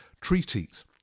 treaties